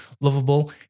lovable